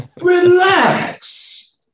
Relax